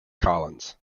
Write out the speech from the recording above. collins